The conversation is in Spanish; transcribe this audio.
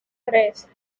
tres